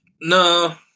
no